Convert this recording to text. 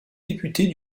députés